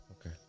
Okay